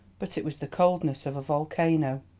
but it was the coldness of a volcano.